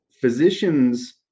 physicians